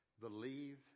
Believe